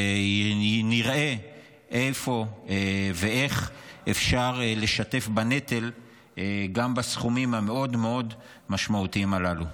ונראה איפה ואיך אפשר לשתף בנטל גם בסכומים המאוד-מאוד משמעותיים הללו.